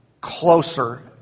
closer